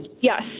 Yes